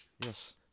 Yes